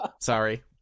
Sorry